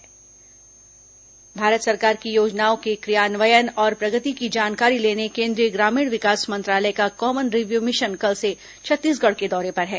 common review mission दौरा भारत सरकार की योजनाओं के क्रियान्वयन और प्रगति की जानकारी लेने केन्द्रीय ग्रामीण विकास मंत्रालय का कॉमन रिव्यू मिशन कल से छत्तीसगढ़ के दौरे पर हैं